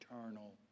eternal